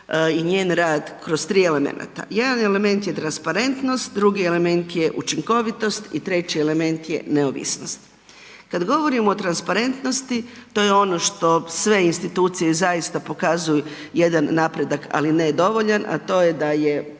i njen rad kroz tri elemenata. Jedan element je transparentnost, drugi element je učinkovitost i treći element je neovisnost. Kad govorimo o transparentnosti, to je ono što sve institucije zaista pokazuju jedan napredak ali ne dovoljan a to je o